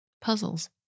Puzzles